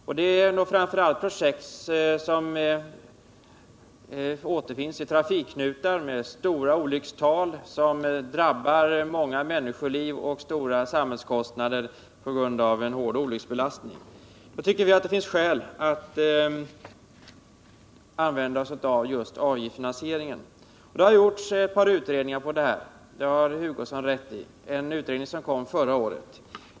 Vi avser framför allt sådana projekt som gäller trafikknutar med stora olyckstal, som betyder förlust av många människoliv och medför stora samhällskostnader på grund av en mycket hård olycksbelastning. Vi tycker att det där finns skäl att använda oss av just avgiftsfinansiering. Det har gjorts ett par utredningar på detta område, det har Kurt Hugosson rätt i, bl.a. en vars betänkande lades fram förra året.